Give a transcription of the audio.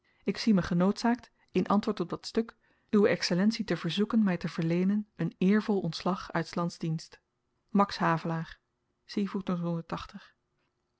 ik zie me genoodzaakt in antwoord op dat stuk uwe excellentie te verzoeken my te verleenen een eervol ontslag uit s lands dienst max